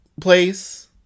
place